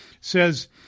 says